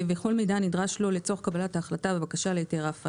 נדון והוקרא ולא הוצבע.